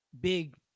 big